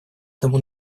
тому